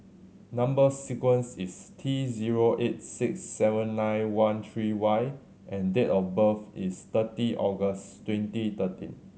number sequence is T zero eight six seven nine one three Y and date of birth is thirty August twenty thirteen